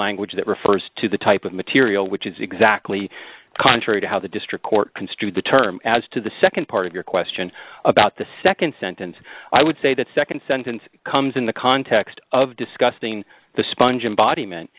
language that refers to the type of material which is exactly contrary to how the district court construed the term as to the nd part of your question about the nd sentence i would say that nd sentence comes in the context of discussing the sponge and body m